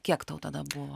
kiek tau tada buvo